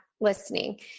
listening